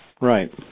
Right